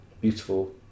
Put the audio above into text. beautiful